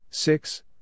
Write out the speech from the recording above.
Six